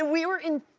we were in.